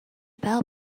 bell